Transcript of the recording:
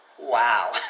Wow